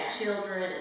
children